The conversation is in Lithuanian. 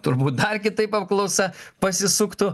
turbūt dar kitaip apklausa pasisuktų